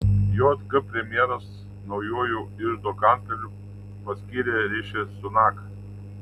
jk premjeras naujuoju iždo kancleriu paskyrė riši sunaką